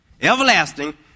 Everlasting